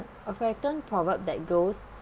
african proverb that goes